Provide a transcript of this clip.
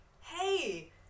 Hey